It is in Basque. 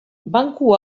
banku